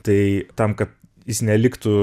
tai tam kad jis neliktų